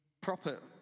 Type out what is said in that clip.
proper